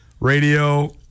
Radio